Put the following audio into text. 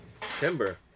Timber